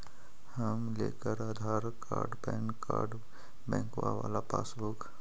हम लेकर Aadhaar card PAN card बैंकवा वाला पासबुक?